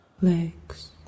Legs